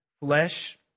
Flesh